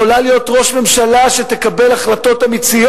יכולה להיות ראש ממשלה שתקבל החלטות אמיציות,